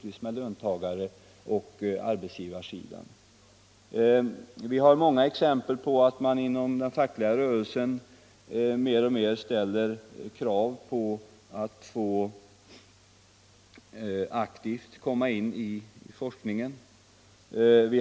Vi har många exempel på att man inom den fackliga rörelsen mer och mer ställer krav på att aktivt få komma in i forskningen.